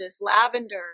lavender